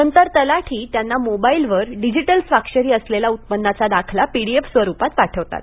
नंतर तलाठी त्यांना मोबाइलवर डिजीटल स्वाक्षरी असलेला उत्पन्नाचा दाखला पीडिएफ स्वरूपात पाठवतात